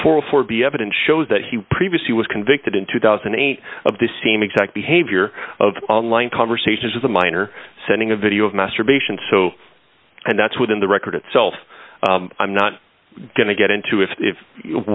forty four b evidence shows that he previously was convicted in two thousand and eight of the seam exact behavior of online conversations with a minor sending a video of masturbation so and that's within the record itself i'm not going to get into if